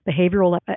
Behavioral